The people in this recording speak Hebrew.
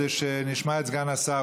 כדי שנשמע את סגן השר.